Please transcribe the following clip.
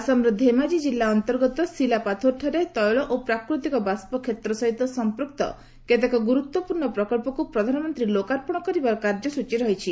ଆସାମର ଧେମାଜି କିଲ୍ଲ ଅନ୍ତର୍ଗତ ଶିଲାପାଥୋରଠାରେ ତୈଳ ଓ ପ୍ରାକୃତିକ ବାଷ୍ପ କ୍ଷେତ୍ର ସହିତ ସମ୍ପୃକ୍ତ କେତେକ ଗୁରୁତ୍ୱପୂର୍ଣ୍ଣ ପ୍ରକଳ୍ପକୁ ପ୍ରଧାନମନ୍ତ୍ରୀ ଲୋକାର୍ପଣ କରିବାର କାର୍ଯ୍ୟସୂଚୀ ରହିଛି